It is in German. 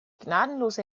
gnadenlose